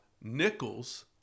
Nichols